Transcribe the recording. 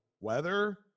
weather